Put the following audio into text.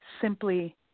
simply